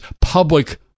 public